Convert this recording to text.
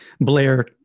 Blair